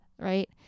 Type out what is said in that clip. right